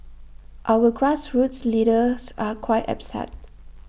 our grassroots leaders are quite upset